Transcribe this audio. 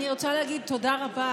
אני רוצה להגיד תודה רבה